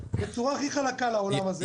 בצורה הכי חלקה לעולם הזה.